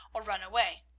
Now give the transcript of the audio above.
or run away.